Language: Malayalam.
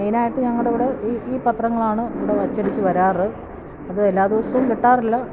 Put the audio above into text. മെയിനായിട്ട് ഞങ്ങളുടെ ഇവിടെ ഈ ഈ പത്രങ്ങളാണ് ഇവിടെ അച്ചടിച്ച് വരാറ് അത് എല്ലാ ദിവസവും കിട്ടാറില്ല